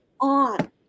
on